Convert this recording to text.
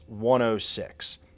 106